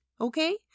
okay